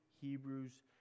Hebrews